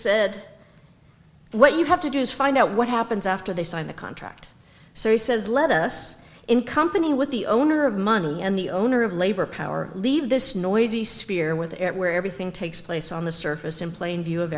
said what you have to do is find out what happens after they sign the contract so he says let us in company with the owner of money and the owner of labor power leave this noisy sphere with it where everything takes place on the surface in plain view of